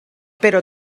però